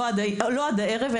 לא עד הערב,